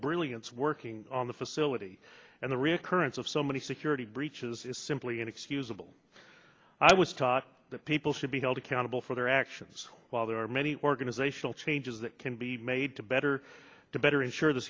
brilliance working on the facility and the recurrence of so many security breaches it is simply inexcusable i was taught that people should be held accountable for their actions while there are many organizational changes that can be made to better to better ensure the